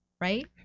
right